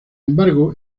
embargo